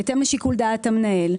בהתאם לשיקול דעת המנהל,